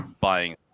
buying